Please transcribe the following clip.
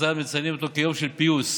חז"ל מציינים אותו כיום של פיוס,